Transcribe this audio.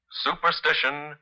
Superstition